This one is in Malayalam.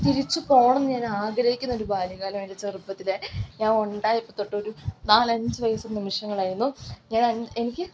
തിരിച്ച് പോകണമെന്ന് ഞാൻ ആഗ്രഹിക്കുന്നൊരു ബാല്യകാലായിരുന്നു എൻ്റെ ചെറുപ്പത്തിലെ ഞാൻ ഉണ്ടായപ്പത്തൊട്ടൊരു നാലഞ്ച് വയസ്സ് നിമിഷങ്ങളായിരുന്നു ഞാൻ എനിക്ക്